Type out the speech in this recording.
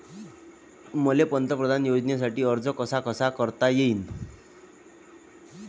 मले पंतप्रधान योजनेसाठी अर्ज कसा कसा करता येईन?